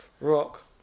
Rock